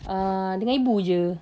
uh dengan ibu jer